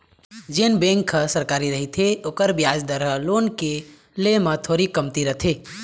जेन बेंक ह सरकारी रहिथे ओखर बियाज दर ह लोन के ले म थोरीक कमती रथे